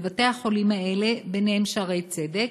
בבתי-החולים האלה, ביניהם "שערי צדק",